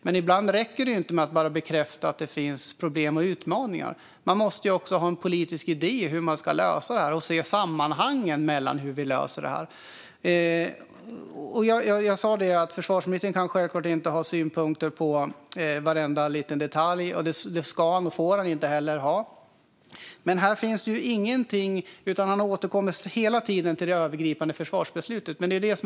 Men ibland räcker det inte att bara bekräfta att det finns problem och utmaningar. Man måste också ha en politisk idé om hur man ska lösa detta och se sammanhangen för hur vi löser detta. Som jag sa får inte försvarsministern ha synpunkter på varenda detalj. Men här återkommer han hela tiden till det övergripande försvarsbeslutet.